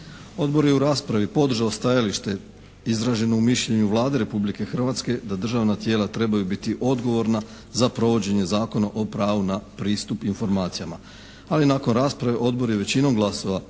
Odbor je u raspravi podržao stajalište izraženo u mišljenju Vlade Republike Hrvatske da državna tijela trebaju biti odgovorna za provođenje Zakona o pravu na pristup informacijama. Ali nakon rasprave Odbor je većinom glasova,